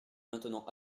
maintenant